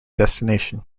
destination